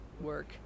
work